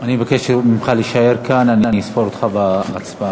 אני מבקש ממך להישאר כאן, ואני אספור אותך בהצבעה.